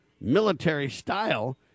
military-style